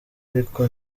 ariko